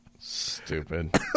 Stupid